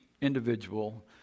individual